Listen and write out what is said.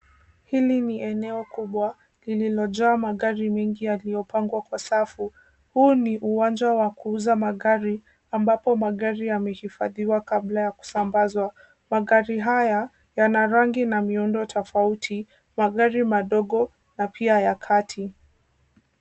Hili ni eneo kubwa lililojaa magari mengi yaliyopangwa kwa safu. Huu ni uwanja wa kuuza magari, ambapo magari yamehifadhiwa kabla ya kusambazwa. Magari haya yana rangi na miondo tofauti, magari madogo na pia ya kati.